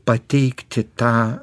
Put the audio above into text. pateikti tą